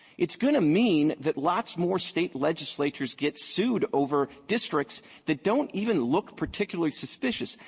it's going to mean that lots more state legislatures get sued over districts that don't even look particularly suspicious.